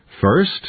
First